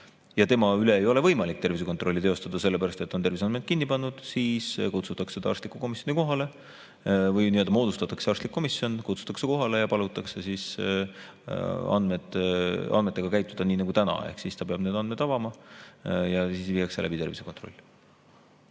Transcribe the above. ja ei ole võimalik tema tervisekontrolli teostada, sellepärast et ta on terviseandmed kinni pannud, siis kutsutakse ta arstlikku komisjoni kohale või moodustatakse arstlik komisjon, ta kutsutakse kohale ja palutakse andmetega käituda nii nagu täna ehk ta peab need andmed avama ja siis viiakse läbi tervisekontroll.